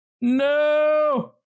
No